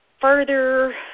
further